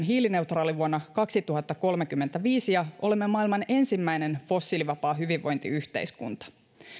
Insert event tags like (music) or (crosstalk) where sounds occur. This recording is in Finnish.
(unintelligible) hiilineutraali vuonna kaksituhattakolmekymmentäviisi ja olemme maailman ensimmäinen fossiilivapaa hyvinvointiyhteiskunta